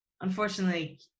unfortunately